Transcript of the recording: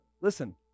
listen